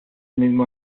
mismo